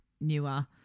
newer